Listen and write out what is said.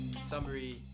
summary